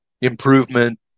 improvement